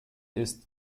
ist